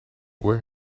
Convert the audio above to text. where